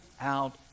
out